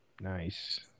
Nice